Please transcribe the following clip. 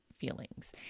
feelings